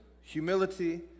humility